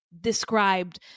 described